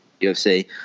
ufc